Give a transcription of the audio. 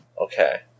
Okay